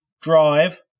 drive